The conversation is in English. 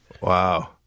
Wow